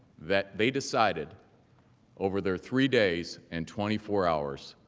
that they decided over their three days and twenty four hours,